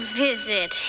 visit